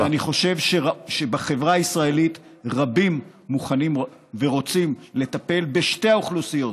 ואני חושב שבחברה הישראלית רבים מוכנים ורוצים לטפל בשתי האוכלוסיות,